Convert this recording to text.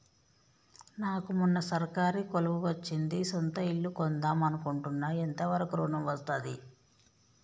నాకు మొన్న సర్కారీ కొలువు వచ్చింది సొంత ఇల్లు కొన్దాం అనుకుంటున్నా ఎంత వరకు ఋణం వస్తది?